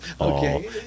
Okay